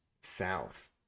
South